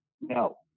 no